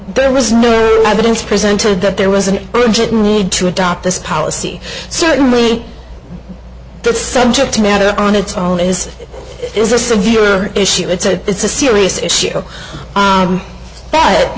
there was no evidence presented that there was an urgent need to adopt this policy certainly the subject matter on its own is is a severe issue it's a it's a serious